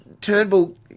Turnbull